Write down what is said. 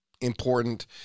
important